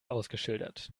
ausgeschildert